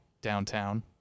downtown